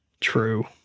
True